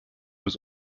was